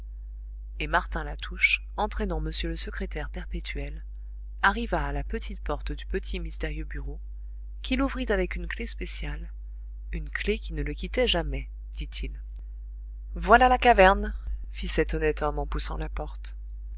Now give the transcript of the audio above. et martin latouche entraînant m le secrétaire perpétuel arriva à la petite porte du petit mystérieux bureau qu'il ouvrit avec un clef spéciale une clef qui ne le quittait jamais dit-il voilà la caverne fit cet honnête homme en poussant la porte